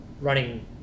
running